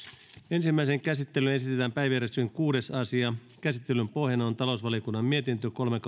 ensimmäiseen käsittelyyn esitellään päiväjärjestyksen kuudes asia käsittelyn pohjana on talousvaliokunnan mietintö kolme